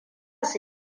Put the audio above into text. su